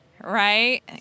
Right